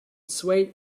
swayed